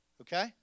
okay